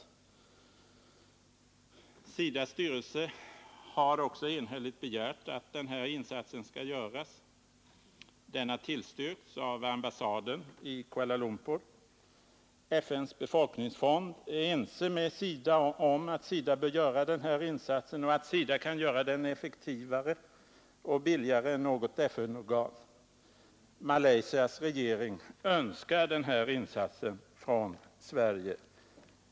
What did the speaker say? SIDA:s styrelse har också enhälligt begärt att denna insats skall göras. Den har tillstyrkts av ambassaden i Kuala Lumpur. FN:s befolkningsfond är ense med SIDA om att SIDA bör göra den här insatsen och att SIDA kan göra den effektivare och billigare än något FN-organ. Malaysias regering önskar denna insats från Sverige.